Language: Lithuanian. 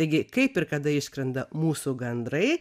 taigi kaip ir kada išskrenda mūsų gandrai